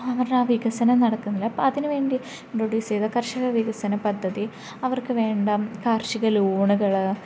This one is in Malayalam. അവരുടെ ആ വികസനം നടക്കുന്നില്ല അപ്പം അതിനുവേണ്ടി ഇൻട്രൊഡ്യൂസ് ചെയ്ത കർഷക വികസന പദ്ധതി അവർക്കു വേണ്ട കാർഷിക ലോണുകൾ